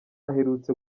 aherutse